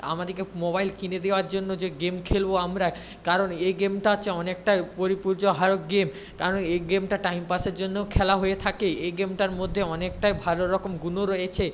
আমাদেরকে মোবাইল কিনে দেওয়ার জন্য যে গেম খেলব আমরা কারণ এই গেমটা হচ্ছে অনেকটাই গেম কারণ এই গেমটা টাইম পাসের জন্যও খেলা হয়ে থাকে এই গেমটার মধ্যে অনেকটাই ভালো রকম গুণও রয়েছে